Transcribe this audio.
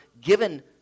given